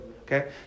okay